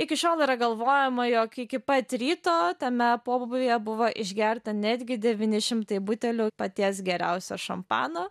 iki šiol yra galvojama jog iki pat ryto tame pobūvyje buvo išgerta netgi devyni šimtai butelių paties geriausio šampano